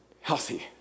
healthy